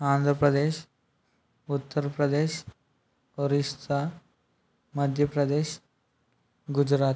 Andhra Pradesh Uttar Pradesh Orissa Madhya Pradesh Gujarat